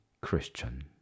Christian